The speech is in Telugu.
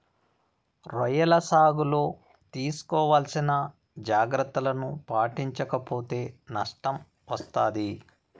రొయ్యల సాగులో తీసుకోవాల్సిన జాగ్రత్తలను పాటించక పోతే నష్టం వస్తాది